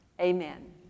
Amen